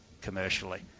commercially